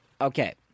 Okay